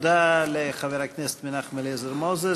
תודה לחבר הכנסת מנחם אליעזר מוזס.